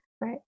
Right